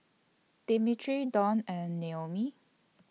Dimitri Donn and Noemie